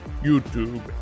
YouTube